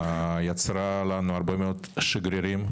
יצרה לנו הרבה מאוד שגרירים,